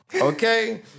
Okay